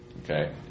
Okay